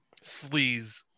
sleaze